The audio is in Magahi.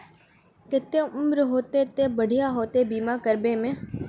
केते उम्र होते ते बढ़िया होते बीमा करबे में?